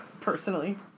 Personally